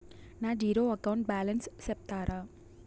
నా zero account balance సెప్తారా?